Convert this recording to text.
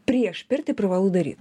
prieš pirtį privalu daryt